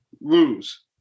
lose